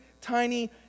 tiny